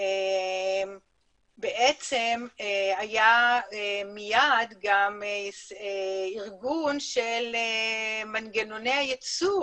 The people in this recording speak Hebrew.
שבעצם היה מייד גם ארגון של מנגנוני הייצור,